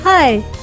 Hi